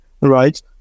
right